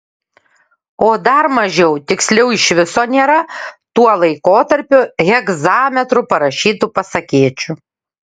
o dar mažiau tiksliau iš viso nėra tuo laikotarpiu hegzametru parašytų pasakėčių